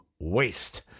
waste